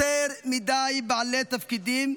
יותר מדי בעלי תפקידים,